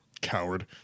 Coward